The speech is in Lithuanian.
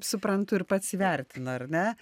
suprantu ir pats įvertino ar ne